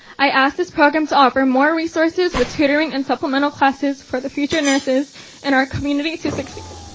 i ask this program to offer more resources with tutoring and supplemental classes for the future nurses and our community to succeed.